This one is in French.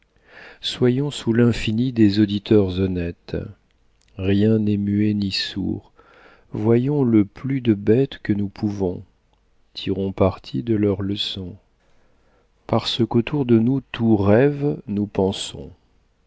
soyons sous l'infini des auditeurs honnêtes rien n'est muet ni sourd voyons le plus de bêtes que nous pouvons tirons partie de leurs lec ons parce qu'autour de nous tout rêve nous pensons